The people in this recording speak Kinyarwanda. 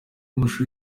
amashusho